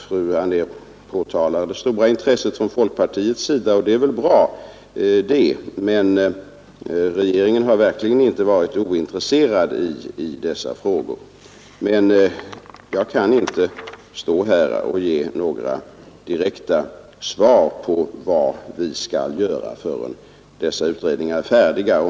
Fru Anér påtalade det stora intresset från folkpartiet, och det är väl bra, men regeringen har verkligen inte varit ointresserad för dessa frågor. Jag kan alltså inte här ge några direkta svar på frågan om vad vi skall göra förrän dessa utredningar är färdiga.